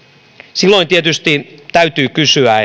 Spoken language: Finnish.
silloin tietysti täytyy kysyä